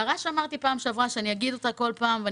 הערה שהערתי בדיון הקודם ואני אומר אותה כל פעם.